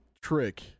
trick